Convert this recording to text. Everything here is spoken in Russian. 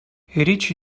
речь